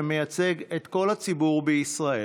שמייצג את כל הציבור בישראל,